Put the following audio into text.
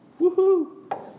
Woohoo